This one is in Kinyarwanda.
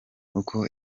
uko